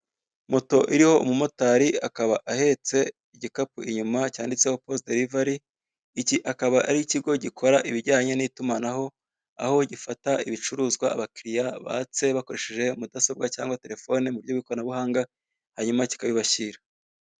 Moto iriho umumotari akaba ahetse igikapu inyuma cyanditseho poste delivery iki akaba ari ikigo gikora ibijyanye n'itumanaho aho gifata ibicuruzwa abakiriya batse bakoresheje mudasobwa cyangwa telefoni mu buryo'ikoranabuhanga hanyuma kikabibashyira.